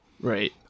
Right